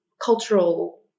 cultural